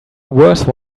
worse